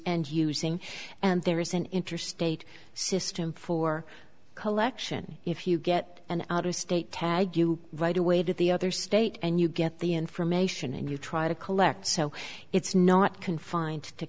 and using and there is an interstate system for collection if you get an out of state tag you right away to the other state and you get the information and you try to collect so it's not confined to